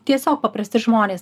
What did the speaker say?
tiesiog paprasti žmonės